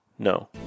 No